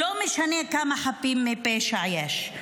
לא משנה כמה חפים מפשע יש.